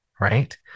right